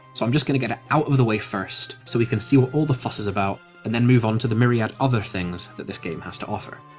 so i'm just going to get it out of the way first, so we can see what all the fuss is about, and then move onto the myriad other things that the game has to offer.